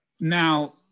Now